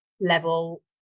level